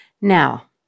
Now